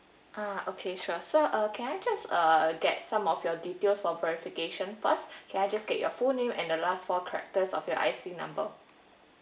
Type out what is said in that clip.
uh okay sure so uh can I just uh get some of your details for verification first can I just get your full name and the last four characters of your I_C number